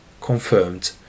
confirmed